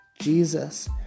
Jesus